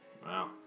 Wow